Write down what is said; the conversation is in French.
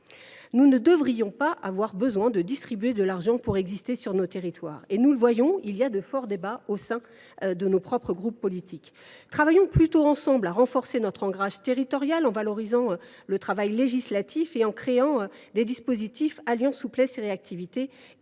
Nous ne devrions pas avoir besoin de distribuer de l’argent pour exister dans nos territoires. Nous le mesurons bien, cette question suscite de forts débats au sein de nos propres groupes politiques. Travaillons plutôt ensemble à renforcer notre ancrage territorial, en valorisant le travail législatif, en créant des dispositifs alliant souplesse et réactivité,